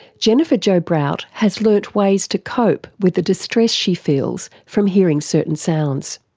jennifer jo brout has learnt ways to cope with the distress she feels from hearing certain sounds.